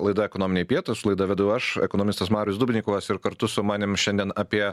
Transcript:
laida ekonominiai pietūs laidą vedu aš ekonomistas marius dubnikovas ir kartu su manim šiandien apie